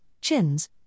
chins